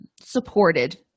supported